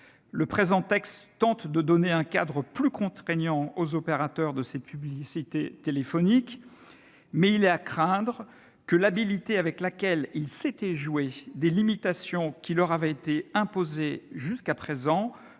le présent texte tente de donner un cadre plus contraignant aux opérateurs de ces publicités téléphoniques, mais il est à craindre que l'habilité avec laquelle ceux-ci s'étaient joués des limitations qui leur avaient été imposées jusqu'à présent